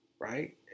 Right